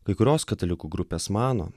kai kurios katalikų grupės mano